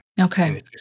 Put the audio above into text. Okay